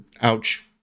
Ouch